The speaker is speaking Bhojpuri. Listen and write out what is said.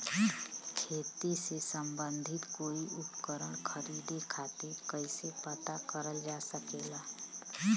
खेती से सम्बन्धित कोई उपकरण खरीदे खातीर कइसे पता करल जा सकेला?